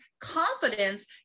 confidence